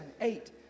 eight